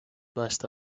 passed